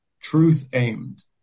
truth-aimed